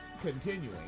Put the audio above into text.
Continuing